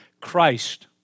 Christ